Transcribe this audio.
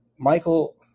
Michael